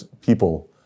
people